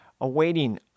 awaiting